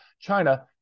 China